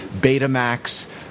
Betamax